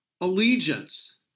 allegiance